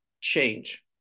change